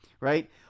right